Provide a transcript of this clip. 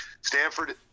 Stanford